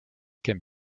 can